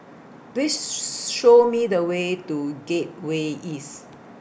Please Show Me The Way to Gateway East